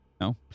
No